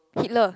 Hitler